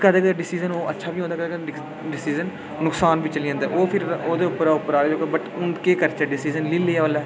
कदें कदें ओह् डिसीजन अच्छा बी होंदा कदें कदें डिसीजन नुकसान बिच चली जंदे ते ओह् फिर ओह्दे उप्परा उप्परा हू'न केह् करचै डिसीजन लेई लैआ उसलै